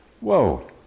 Whoa